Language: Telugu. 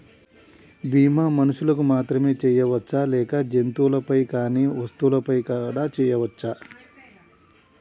బీమా మనుషులకు మాత్రమే చెయ్యవచ్చా లేక జంతువులపై కానీ వస్తువులపై కూడా చేయ వచ్చా?